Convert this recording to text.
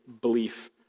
belief